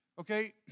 Okay